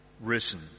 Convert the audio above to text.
risen